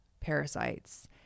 parasites